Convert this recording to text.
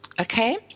okay